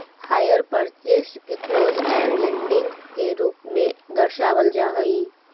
hire purchase के close end leasing के रूप में दर्शावल जा हई